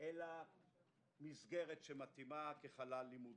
אלא מסגרת שמתאימה כחלל לימודי.